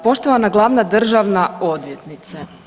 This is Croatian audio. Poštovana glavna državna odvjetnice.